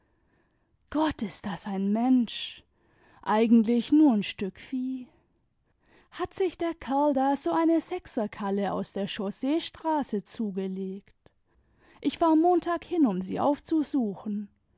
gott ist das ein mensch i eigentlich nur n stück vieh hat sich der kerl da so eine sechserkalle aus der chausseestraße zugelegt ich fahr montag hin um sie aufzusuchen